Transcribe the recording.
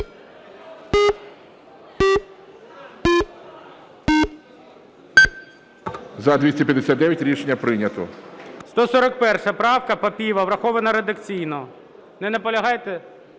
За-259 Рішення прийнято.